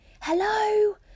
Hello